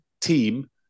team